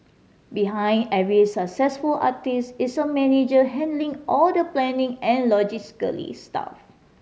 behind every successful artist is a manager handling all the planning and logistical stuff